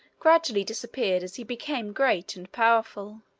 gradually disappeared as he became great and powerful.